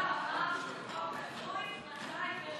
ההסתייגות (11) של חברת הכנסת יעל